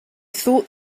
thought